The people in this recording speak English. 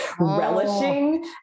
Relishing